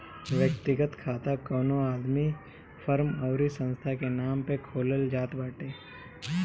व्यक्तिगत खाता कवनो आदमी, फर्म अउरी संस्था के नाम पअ खोलल जात बाटे